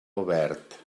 obert